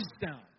down